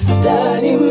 study